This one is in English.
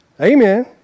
Amen